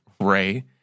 Ray